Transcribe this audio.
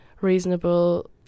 reasonable